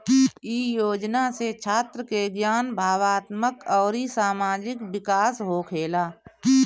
इ योजना से छात्र के ज्ञान, भावात्मक अउरी सामाजिक विकास होखेला